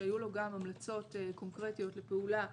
שהיו לו גם המלצות קונקרטיות לפעולה,